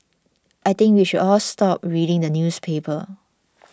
I think we should all stop reading the newspaper